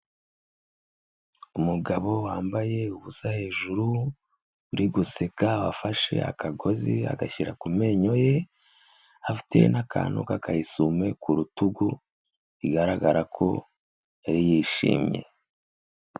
Umugabo wambaye ubusa hejuru uri guseka wafashe akagozi agashyira ku menyo ye, afite n'akantu k'aka essuie-main ku rutugu bigaragara ko yari yishimye.